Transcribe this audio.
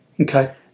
Okay